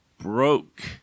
broke